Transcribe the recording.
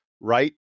right